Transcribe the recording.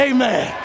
Amen